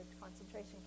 concentration